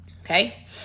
Okay